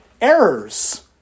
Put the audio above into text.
errors